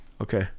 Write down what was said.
Okay